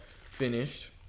finished